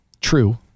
true